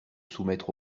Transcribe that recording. soumettre